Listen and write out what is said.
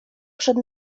przed